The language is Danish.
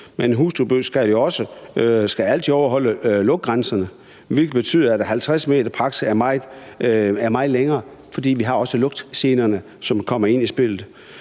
men et husdyrbrug skal jo også altid overholde lugtgrænserne, hvilket betyder, at 50 m i praksis er meget længere, for vi har også lugtgenerne, som kommer ind i spillet,